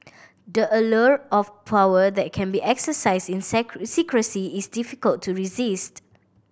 the allure of power that can be exercises in secrecy is difficult to resisted